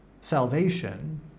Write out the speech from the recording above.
salvation